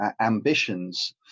ambitions